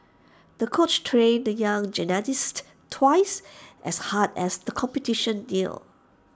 the coach trained the young gymnast twice as hard as the competition neared